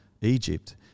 Egypt